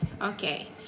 Okay